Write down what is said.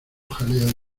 jaleo